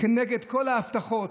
כנגד כל ההבטחות,